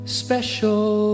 special